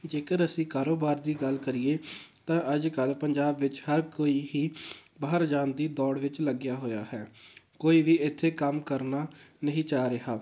ਜੇਕਰ ਅਸੀਂ ਕਾਰੋਬਾਰ ਦੀ ਗੱਲ ਕਰੀਏ ਤਾਂ ਅੱਜ ਕੱਲ੍ਹ ਪੰਜਾਬ ਵਿੱਚ ਹਰ ਕੋਈ ਹੀ ਬਾਹਰ ਜਾਣ ਦੀ ਦੌੜ ਵਿੱਚ ਲੱਗਿਆ ਹੋਇਆ ਹੈ ਕੋਈ ਵੀ ਇੱਥੇ ਕੰਮ ਕਰਨਾ ਨਹੀਂ ਚਾਹ ਰਿਹਾ